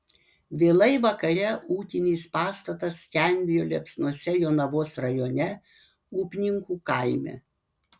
vėlai vakare ūkinis pastatas skendėjo liepsnose jonavos rajone upninkų kaime